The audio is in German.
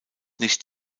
nicht